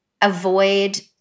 avoid